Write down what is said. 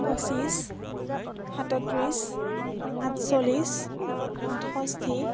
পঁচিছ সাতত্ৰিছ আঠচল্লিছ আঠষষ্ঠি